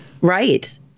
right